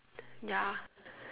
ya